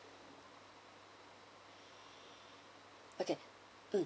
okay mm